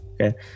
okay